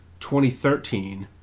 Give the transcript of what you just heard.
2013